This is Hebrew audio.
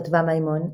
כתבה מימון,